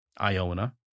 Iona